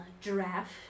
giraffe